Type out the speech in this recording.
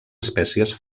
espècies